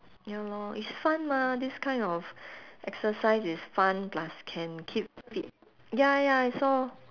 ya lor it's fun mah this kind of exercise is fun plus can keep fit ya ya I saw